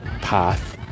path